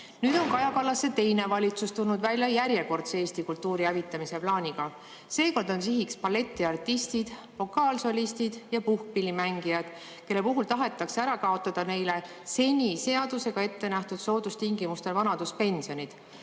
Nüüd on Kaja Kallase teine valitsus tulnud välja järjekordse Eesti kultuuri hävitamise plaaniga. Seekord on sihiks balletiartistid, vokaalsolistid ja puhkpillimängijad, kelle puhul tahetakse ära kaotada neile seni seadusega ette nähtud soodustingimustel vanaduspensionid.